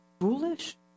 foolish